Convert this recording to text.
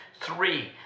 Three